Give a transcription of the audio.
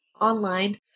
online